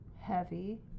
Heavy